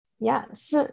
Yes